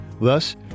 Thus